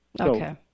Okay